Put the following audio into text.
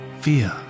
fear